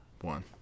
one